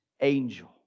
angel